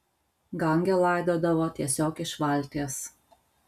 gange laidodavo tiesiog iš valties